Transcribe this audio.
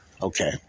Okay